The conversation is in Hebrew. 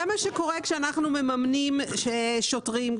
זה מה שקורה כשאנחנו מממנים שוטרים.